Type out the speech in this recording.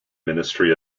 ministry